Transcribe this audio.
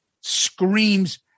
screams